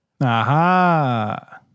Aha